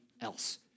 else